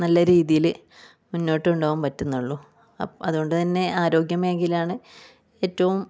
നല്ല രീതിയിൽ മുന്നോട്ട് കൊണ്ടുപോകാൻ പറ്റുന്നുള്ളൂ അപ്പോൾ അതുകൊണ്ടുതന്നെ ആരോഗ്യമേഖലയാണ് ഏറ്റവും